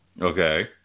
Okay